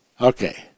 Okay